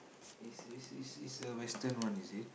is is is is a western one is it